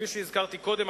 כפי שהזכרתי קודם,